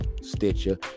Stitcher